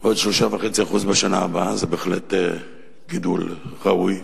ועוד 3.5% בשנה הבאה זה בהחלט גידול ראוי,